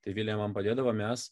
tai vilija man padėdavo mes